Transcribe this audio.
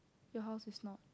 your house is not